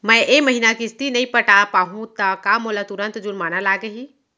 मैं ए महीना किस्ती नई पटा पाहू त का मोला तुरंत जुर्माना लागही?